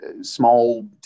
small